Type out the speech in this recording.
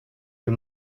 you